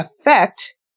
affect